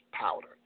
powder